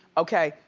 okay,